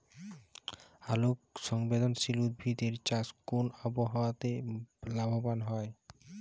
আলোক সংবেদশীল উদ্ভিদ এর চাষ কোন আবহাওয়াতে লাভবান হয়?